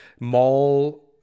mall